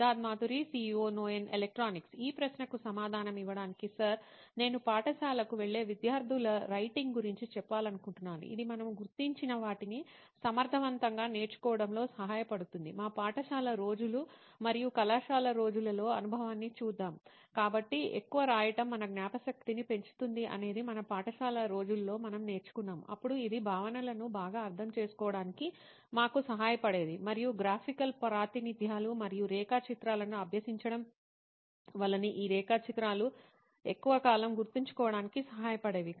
Siddharth Maturi CEO Neon Electronics ఈ ప్రశ్నకు సమాధానమివ్వడానికి సర్ నేను పాఠశాలకు వెళ్లే విద్యార్థుల రైటింగ్ గురించి చెప్పాలనుకుంటున్నాను ఇది మనము గుర్తించిన వాటిని సమర్థవంతంగా నేర్చుకోవడంలో సహాయపడుతుంది మా పాఠశాల రోజులు మరియు కళాశాల రోజులలో అనుభవాన్ని చూదాం కాబట్టి ఎక్కువ రాయటం మన జ్ఞాపకశక్తిని పెంచుతుంది అనేది మన పాఠశాల రోజులలో మనం నేర్చుకున్నాం అప్పుడు ఇది భావనలను బాగా అర్థం చేసుకోవడానికి మాకు సహాయపడేది మరియు గ్రాఫికల్ ప్రాతినిధ్యాలు మరియు రేఖాచిత్రాలను అభ్యసించడ వలన ఆ రేఖాచిత్రాలు ఎక్కువ కాలం గుర్తుంచుకోవడానికి సహాయపడేవి